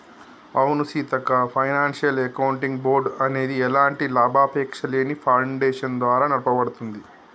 అవును Seethakka financial accounting board అనేది ఎలాంటి లాభాపేక్షలేని ఫాడేషన్ ద్వారా నడపబడుతుంది